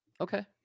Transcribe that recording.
Okay